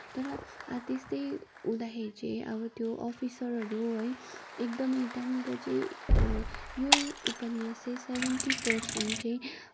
तर त्यस्तै हुँदाखेरि चाहिँ अब त्यो अफिसरहरू है एकदमै त्यहाँनिर चाहिँ यो उपन्यास चाहिँ सेभेन्टी पर्सेन्ट चाहिँ